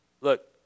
look